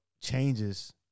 changes